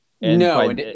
No